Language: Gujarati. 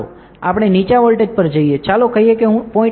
ચાલો આપણે નીચા વોલ્ટેજ પર જઈએ ચાલો કહીએ કે હું 0